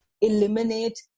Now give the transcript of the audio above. eliminate